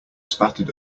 spattered